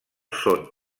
són